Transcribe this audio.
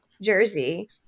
jersey